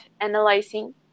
analyzing